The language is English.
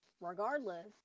regardless